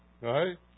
Right